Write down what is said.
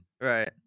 right